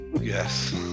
Yes